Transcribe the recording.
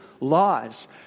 laws